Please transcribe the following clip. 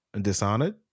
Dishonored